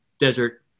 desert